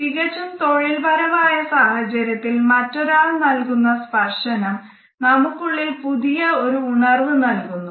തികച്ചും തൊഴിൽ പരമായ സാഹചര്യത്തിൽ മറ്റൊരാൾ നൽകുന്ന സ്പർശനം നമുക്കുള്ളിൽ പുതിയ ഒരു ഉണർവ്വ് നൽകുന്നു